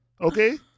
Okay